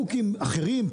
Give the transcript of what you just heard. חוקים אחרים,